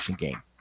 Game